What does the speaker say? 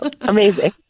Amazing